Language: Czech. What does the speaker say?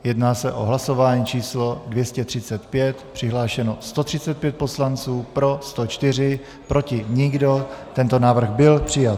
Jedná se o hlasování číslo 235, přihlášeno 135 poslanců, pro 104, proti nikdo, tento návrh byl přijat.